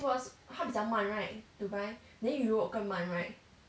it was 它比较慢 right dubai then europe 更慢 right